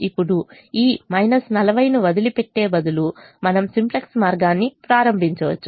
ఇప్పుడుఈ 40 ను వదిలిపెట్టే బదులు మనము సింప్లెక్స్ మార్గాన్ని ప్రారంభించవచ్చు